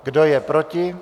Kdo je proti?